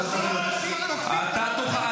שלושה אנשים תוקפים --- אתה תוכל.